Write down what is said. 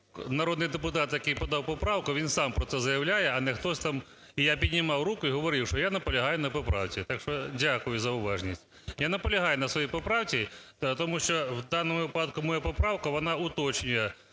народний депутат, який подав поправку, він сам про це заявляє, а не хтось там… І я піднімав руку і говорив, що я наполягаю на поправці. Так що дякую за уважність. Я наполягаю на своїй поправці, тому що у даному випадку моя поправка вона уточнює